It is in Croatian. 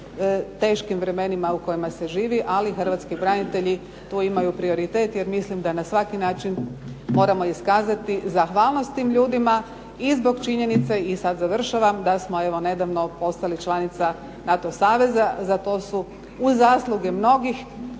teškim vremenima u kojima se živi ali hrvatski branitelji tu imaju prioritet jer mislim da na svaki način moramo iskazati zahvalnost tim ljudima i zbog činjenice, i sad završavam, da smo evo nedavno postali članica NATO saveza. Za to su uz zasluge mnogih